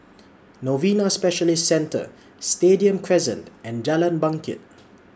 Novena Specialist Centre Stadium Crescent and Jalan Bangket